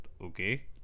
okay